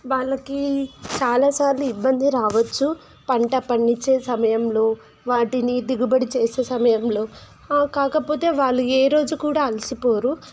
వాళ్ళకి చాలాసార్లు ఇబ్బంది రావచ్చు పంట పండించే సమయంలో వాటిని దిగుబడి చేసే సమయంలో కాకపోతే వాళ్ళు ఏ రోజు కూడా అలసిపోరు